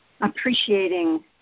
appreciating